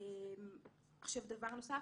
דבר נוסף,